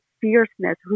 fierceness